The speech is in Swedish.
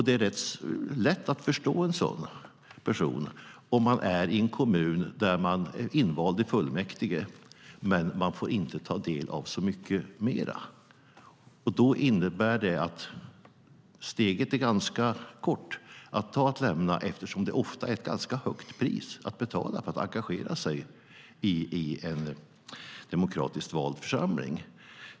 Det är rätt lätt att förstå en sådan person om man är i en kommun där man är invald i fullmäktige men inte får ta del av särskilt mycket mer. Då är steget till att lämna ganska kort eftersom det ofta är ett ganska högt pris man får betala för att engagera sig i en demokratiskt vald församling.